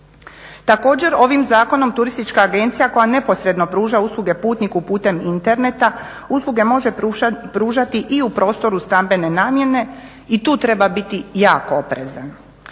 Također ovim Zakonom turistička agencija koja neposredno pruža usluge putniku putem interneta usluge može pružati i u prostoru stambene namjene i tu treba biti jako oprezan.